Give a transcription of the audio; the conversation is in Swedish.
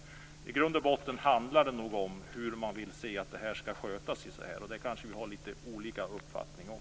I grund och botten handlar det nog om hur man vill se att detta skall skötas, och det kanske vi har lite olika uppfattningar om.